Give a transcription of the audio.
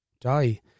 die